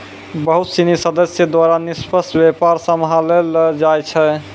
बहुत सिनी सदस्य द्वारा निष्पक्ष व्यापार सम्भाललो जाय छै